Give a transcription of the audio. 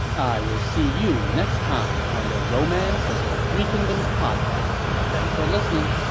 i will see you next time on the romance of the three kingdoms podcast. thanks for listening!